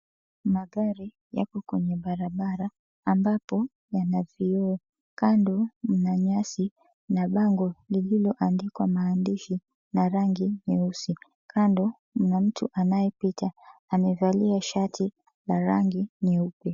Magari yako kwenye barabara ambapo yana vioo kando mna nyasi na bango lililoandikwa maandishi na rangi nyeusi, kando mna mtu anaepita amevalia shati ya rangi nyeupe.